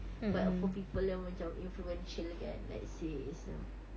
but for people yang macam influential kan let's say say it's um